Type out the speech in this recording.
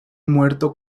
muerto